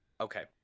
Okay